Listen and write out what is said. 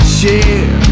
share